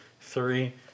three